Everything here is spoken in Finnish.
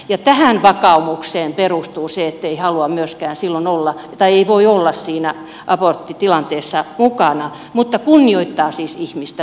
ja tähän vakaumukseen perustuu se ettei halua myöskään sillä nolla tai voi olla siinä aborttitilanteessa mukana mutta kunnioittaa siis ihmistä